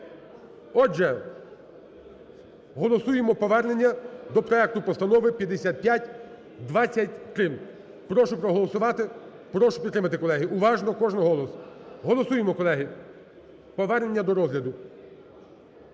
Отже, голосуємо повернення до проекту постанови 5523. Прошу проголосувати, прошу підтримати, колеги, уважно кожний голос. Голосуємо, колеги, повернення до розгляду.